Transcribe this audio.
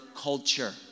culture